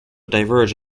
diverge